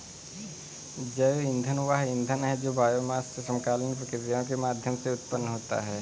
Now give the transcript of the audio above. जैव ईंधन वह ईंधन है जो बायोमास से समकालीन प्रक्रियाओं के माध्यम से उत्पन्न होता है